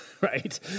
Right